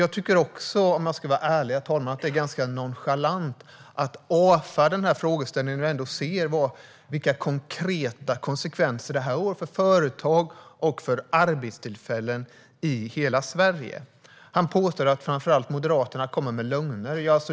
Jag tycker också - om jag ska vara ärlig - att det är nonchalant att avfärda frågan när vi ändå ser vilka konkreta konsekvenser detta får för företag och arbetstillfällen i hela Sverige. Statsrådet påstår att framför allt Moderaterna kommer med lögner.